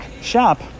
shop